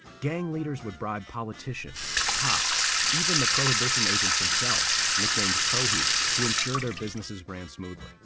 gang leaders would bribe politicians, cops, even the prohibition agents themselves, nicknamed prohis, to ensure their businesses ran smoothly.